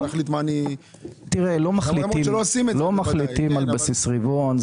לא מחליטים על בסיס רבעון,